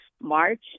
march